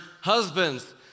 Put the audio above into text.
husbands